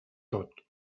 tot